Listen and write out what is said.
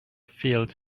field